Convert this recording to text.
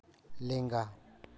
ᱞᱮᱝᱜᱟ